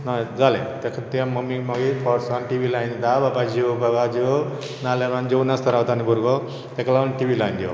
जालें मम्मीन मागीर फोर्सान टी व्ही लायन ना बाबा जेव बाबा जेव ना जाल्यार जेव नासतना रावता नी भुरगो तेका लागून टी व्ही लायन दिवप